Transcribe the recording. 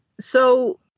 So-